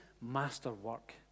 masterwork